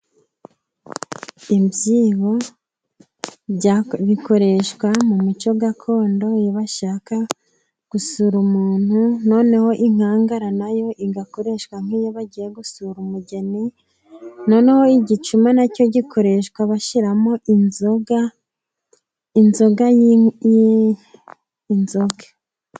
Ibyibo bikoreshwa mu muco gakondo bashaka gusura umuntu noneho inkangara, nayo igakoreshwa nk'iyo bagiye gusura umugeni noneho igicuma nacyo gikoreshwa bashyiramo inzoga.